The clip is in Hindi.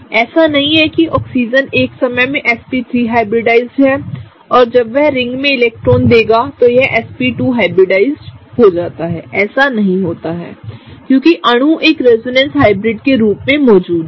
ऐसा नहीं है कि ऑक्सीजनएक समय मेंsp3 हाइब्रिडाइज्ड हैऔर जब यह रिंग में इलेक्ट्रॉन देगा तो यहsp2हाइब्रिडाइज्डहो जाता है ऐसानहींहै क्योंकि अणु एक रेजोनेंस हाइब्रिड के रूप में मौजूद है